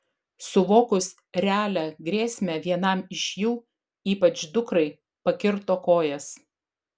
suvokus realią grėsmę vienam iš jų ypač dukrai pakirto kojas